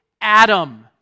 Adam